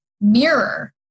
mirror